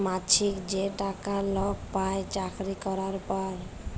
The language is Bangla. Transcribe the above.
মাছিক যে টাকা লক পায় চাকরি ক্যরার পর